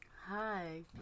Hi